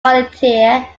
volunteer